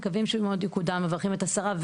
מקווים שהוא מאוד יקודם, מברכים את השרה.